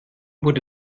wurde